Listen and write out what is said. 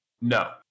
No